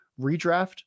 redraft